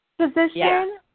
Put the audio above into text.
position